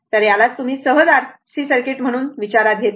तर यालाच तुम्ही सहज RC सर्किट म्हणून विचारात घेतात